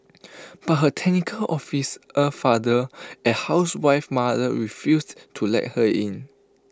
but her technical officer father and housewife mother refused to let her in